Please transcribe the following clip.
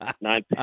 nine